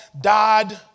died